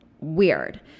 Weird